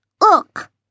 look